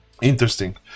interesting